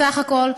בסך הכול,